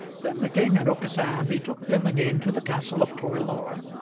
then the king and aucassin betook them again to the castle of torelore,